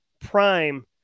Prime